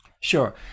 sure